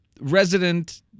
resident